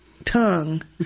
Tongue